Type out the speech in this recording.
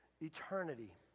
eternity